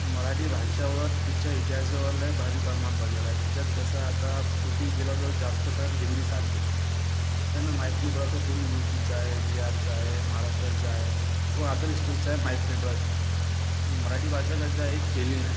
मराठी भाषावर तिच्या इतिहासावर लई भारी परिणाम पडलेला आहे त्याच्यात कसं आहे आता कुठेही गेला तर जास्त तर हिंदी चालते त्याच्यानं माहीत नाही पडत का कुणी यू पीचा आहे बिहारचा आहे महाराष्ट्राचा आहे कोण ऑदर स्टेटचा आहे माहीत नाही पडत आणि मराठी भाषा कसं आहे एक फीलिंग आहे